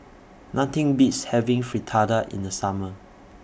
Nothing Beats having Fritada in The Summer